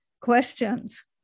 Questions